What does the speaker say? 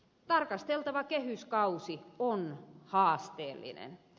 tarkasteltava kehyskausi on haasteellinen